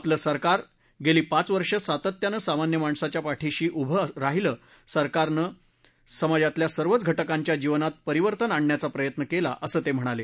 आपलं सरकार मागची पाच वर्ष सातत्यानं सामान्य माणसाच्या पाठीशी उभं राहीलं सरकारनं समाजातल्या सर्वच घटकांच्या जीवनात परिवर्तन आणण्याचा प्रयत्न केला असं ते म्हणाले